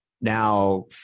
Now